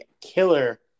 killer